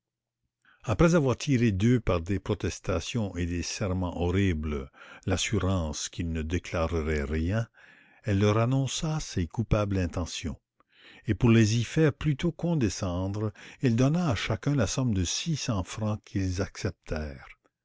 après avoir tiré d'eux par des protestations et des sermens horribles l'assurance qu'ils ne déclareraient rien elle leur annonça ses coupables intentions et pour les y faire plutôt condescendre elle donna à chacun la somme de six cents francs qu'ils acceptèrent